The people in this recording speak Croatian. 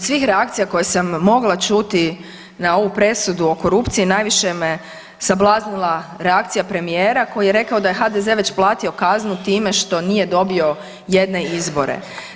Od svih reakcija koje sam mogla čuti na ovu presudu o korupciji, najviše me sablaznila reakcija premijera koji je rekao da je HDZ već platio kaznu time što nije dobio jedne izbore.